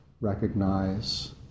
recognize